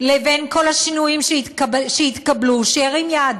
לבין כל השינויים שהתקבלו, שירים יד.